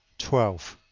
twelve.